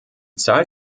zahl